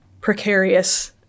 precarious